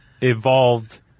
evolved